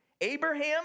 Abraham